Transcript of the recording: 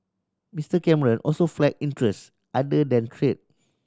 Mister Cameron also flag interests other than trade